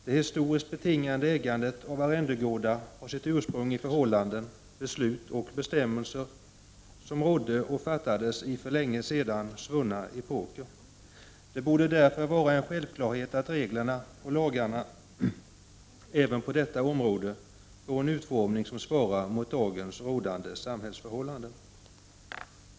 Det historiskt betingade ägandet av arrendegårdar har sitt ursprung i förhållanden som rådde och beslut och bestämmelser som fattades under för länge sedan svunna epoker. Det borde därför vara en självklarhet att reglerna och lagarna även på detta område får en utformning som svarar mot dagens samhällsförhållanden.